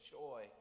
joy